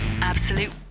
Absolute